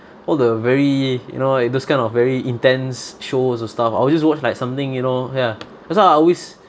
all the very you know right those kind of very intense shows or stuff I'll just watch like something you know ya that's why I always